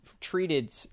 treated